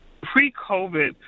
pre-covid